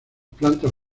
plantas